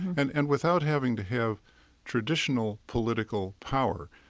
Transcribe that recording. and and without having to have traditional political power.